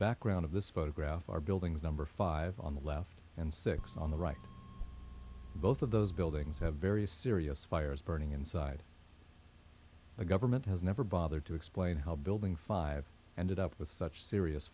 background of this photograph our buildings number five on the left and six on the right both of those buildings have various serious fires burning inside the government has never bothered to explain how building five and it up with such serious